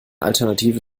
alternative